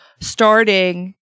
starting